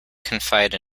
confide